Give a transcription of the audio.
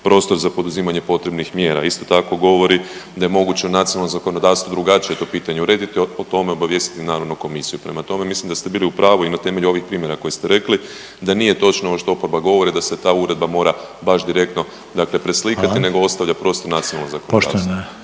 prostor za poduzimanje potrebnih mjera. Isto tako govori da je moguće u nacionalno zakonodavstvo drugačije to pitanje urediti i o tome obavijestiti naravno komisiju. Prema tome, mislim da ste bili u pravu i na temelju ovih primjera koje ste rekli da nije točno ovo što oporba govori da se ta uredba mora baš direktno dakle preslikati…/Upadica Reiner: Hvala/… nego ostavlja prostor nacionalnom zakonodavstvu.